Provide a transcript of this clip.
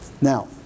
Now